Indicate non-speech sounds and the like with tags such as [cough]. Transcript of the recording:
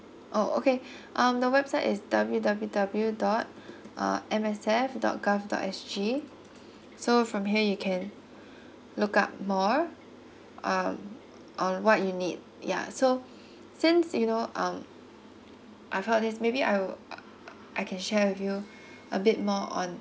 oh okay [breath] um the website is W W W dot uh M S F dot gov dot S G so from here you can look up more um on what you need ya so since you know um I've heard this maybe I would I can share with you a bit more on